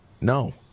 No